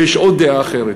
שיש עוד דעה אחרת.